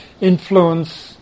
influence